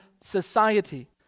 society